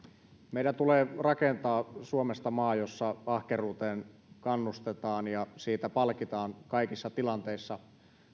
meidän tulee rakentaa suomesta maa jossa ahkeruuteen kannustetaan ja siitä palkitaan kaikissa tilanteissa